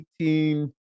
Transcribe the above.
18